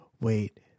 wait